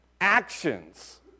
actions